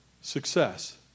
success